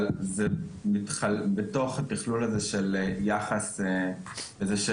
אבל זה נמצא בתוך התכלול הזה של יחס לצורך